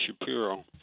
Shapiro